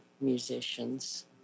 musicians